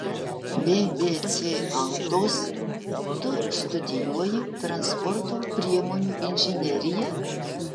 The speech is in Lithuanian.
bbc autos tu studijuoji transporto priemonių inžineriją